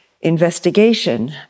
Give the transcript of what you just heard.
investigation